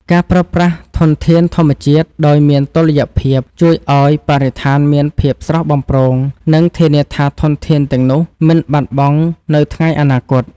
ការប្រើប្រាស់ធនធានធម្មជាតិដោយមានតុល្យភាពជួយឱ្យបរិស្ថានមានភាពស្រស់បំព្រង និងធានាថាធនធានទាំងនោះមិនបាត់បង់នៅថ្ងៃអនាគត។